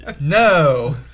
No